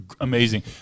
amazing